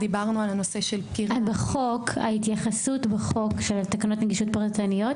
בחוק תקנות נגישות פרטנית,